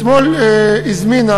אתמול הזמינה